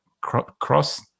cross